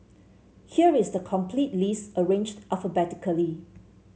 here is the complete list arranged alphabetically